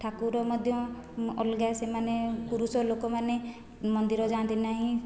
ଠାକୁର ମଧ୍ୟ ଅଲଗା ସେମାନେ ପୁରୁଷ ଲୋକମାନେ ମନ୍ଦିର ଯାଆନ୍ତି ନାହିଁ